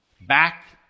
back